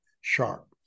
sharp